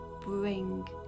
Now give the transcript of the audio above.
bring